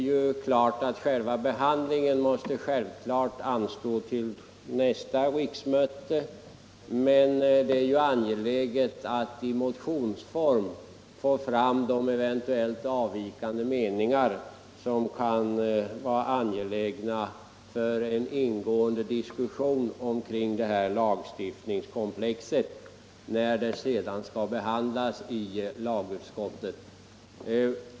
Självfallet måste behandlingen av propositionerna anstå till nästa riksmöte, men det är ju angeläget att i motionsform låta de eventuellt avvikande meningar som kan vara av betydelse för en ingående debatt om dessa lagstiftningskomplex komma till uttryck innan ärendena sedan skall behandlas i lagutskottet.